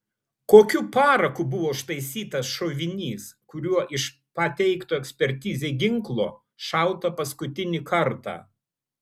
kokiu paraku buvo užtaisytas šovinys kuriuo iš pateikto ekspertizei ginklo šauta paskutinį kartą